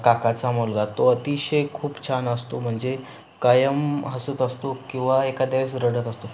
काकाचा मुलगा तो अतिशय खूप छान असतो म्हणजे कायम हसत असतो किंवा एखाद्या वेळेस रडत असतो